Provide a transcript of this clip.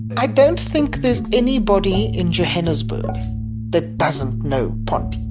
i don't think there's anybody in johannesburg that doesn't know ponte.